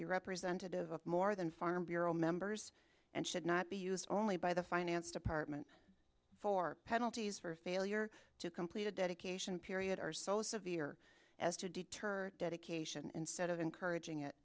be representative of more than farm bureau members and should not be used only by the finance department for penalties for failure to complete a dedication period are so severe as to deter dedication instead of encouraging it